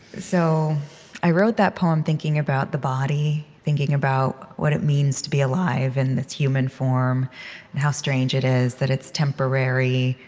so i wrote that poem thinking about the body, thinking about what it means to be alive in this human form and how strange it is that it's temporary,